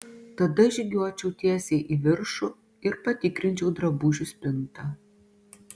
tada žygiuočiau tiesiai į viršų ir patikrinčiau drabužių spintą